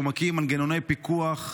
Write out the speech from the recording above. שהוא מקים מנגנוני פיקוח משמעותיים,